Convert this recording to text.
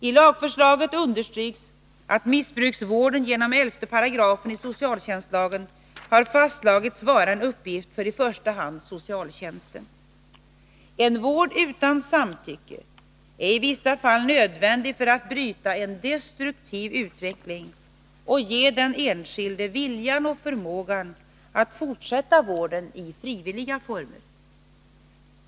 I lagförslaget understryks att missbruksvården genom 11 § socialtjänstlagen har fastslagits vara en uppgift för i första hand socialtjänsten. En vård utan samtycke är i vissa fall nödvändig för att bryta en destruktiv utveckling och ge den enskilde viljan och förmågan att fortsätta vården i frivilliga former.